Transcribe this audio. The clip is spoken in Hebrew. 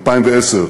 2010,